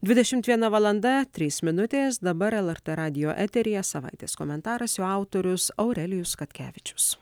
dvidešimt viena valanda trys minutės dabar el er tė radijo eteryje savaitės komentaras jo autorius aurelijus katkevičius